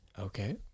Okay